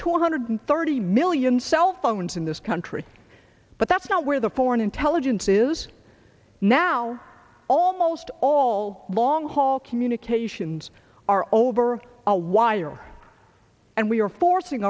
two hundred thirty million cell phones in this country but that's not where the foreign intelligence is now almost all long haul communications are over a wire and we are forcing